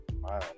wow